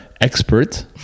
expert